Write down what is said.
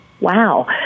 wow